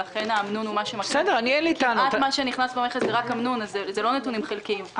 אם מה שנכנס במכס זה רק אמנון אז זה לא נתונים חלקיים.